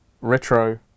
retro